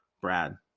Brad